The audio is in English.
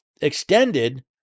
extended